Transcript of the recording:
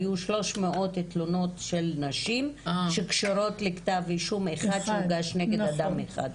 היו 300 תלונות של נשים שקשורות לכתב אישום אחד שהוגש נגד אדם אחד.